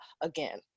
again